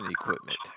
equipment